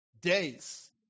days